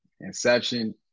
Inception